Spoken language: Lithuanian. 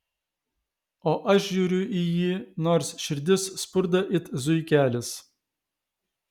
o aš žiūriu į jį nors širdis spurda it zuikelis